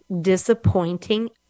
disappointing